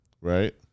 Right